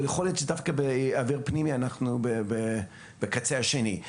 יכול להיות שדווקא באוויר פנימי אנחנו בקצה השני.